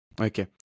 Okay